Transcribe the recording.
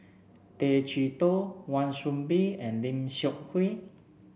Tay Chee Toh Wan Soon Bee and Lim Seok Hui